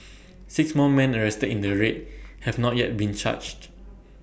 six more men arrested in the raid have not yet been charged